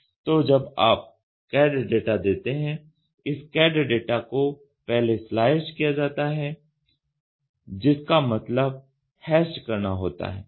तो जब आप CAD डाटा देते हैं इस CAD डाटा को पहले स्लाइस्ड किया जाता है जिसका मतलब हेच्ड करना होता है